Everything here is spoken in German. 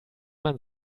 man